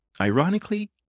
ironically